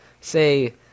say